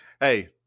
hey